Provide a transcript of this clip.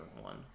one